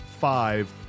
five